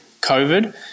COVID